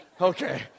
Okay